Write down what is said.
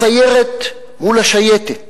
הסיירת מול השייטת.